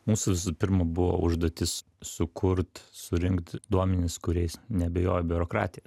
mūsų visų pirma buvo užduotis sukurt surinkt duomenis kuriais neabejoja biurokratija